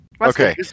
Okay